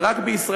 אבל רק בישראל,